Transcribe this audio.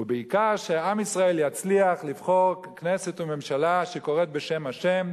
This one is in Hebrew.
ובעיקר שעם ישראל יצליח לבחור כנסת וממשלה שקוראת בשם השם